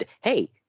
hey